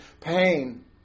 pain